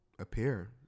Appear